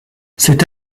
cet